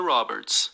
Roberts